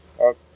Okay